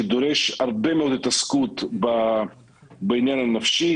שדורש הרבה מאוד התעסקות בעניין הנפשי.